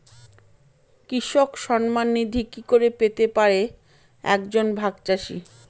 কৃষক সন্মান নিধি কি করে পেতে পারে এক জন ভাগ চাষি?